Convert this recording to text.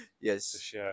yes